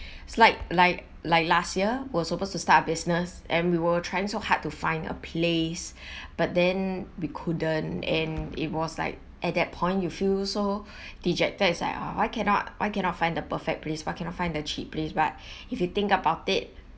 is like like like last year we were supposed to start a business and we were trying so hard to find a place but then we couldn't and it was like at that point you feel so dejected as I uh why cannot why cannot find the perfect place why cannot find a cheap place but if you think about it